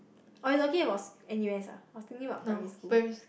oh you talking about N_U_S ah I was thinking about primary school